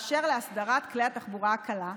באשר להסדרת כלי התחבורה הקלה,